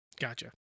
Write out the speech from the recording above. Gotcha